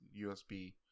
USB